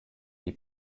die